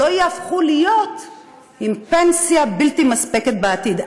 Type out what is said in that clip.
שלא תהפוך להיות עם פנסיה בלתי מספקת בעתיד.